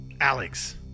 Alex